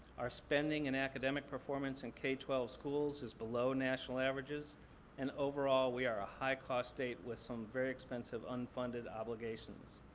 our spending and academic performance in k twelve schools is below national averages and overall, we are a high-cost state with some very expensive unfunded obligations.